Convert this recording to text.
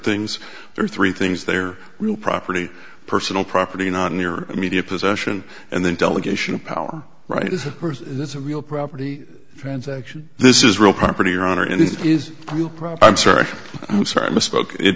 things there are three things they're real property personal property not in your immediate possession and then delegation of power right is this a real property transaction this is real property or honor and it is real proud i'm sorry i'm sorry i misspoke it